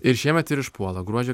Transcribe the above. ir šiemet ir išpuola gruodžio